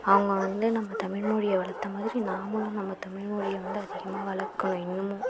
அவங்க வந்து நம்ம தமிழ் மொழியை வளர்த்த மாதிரி நாமளும் நம்ம தமிழ் மொழியை வந்து அதிகமாக வளர்க்கணும் இன்னமும்